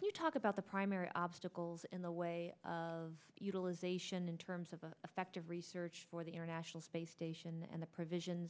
you talk about the primary obstacles in the way of utilization in terms of the effect of research for the international space station and the provisions